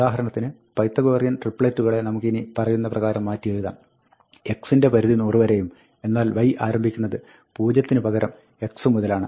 ഉദാഹരണത്തിന് പൈത്തഗോറിയൻ ട്രിപ്പ്ലെറ്റുകളെ നമുക്ക് ഇനി പറയുന്ന പ്രകാരം മാറ്റി എഴുതാം x ന്റെ പരിധി 100 വരെയും എന്നാൽ y ആരംഭിക്കുന്നത് 0 ന് പകരം x മുതലാണ്